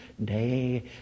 day